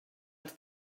els